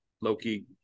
Loki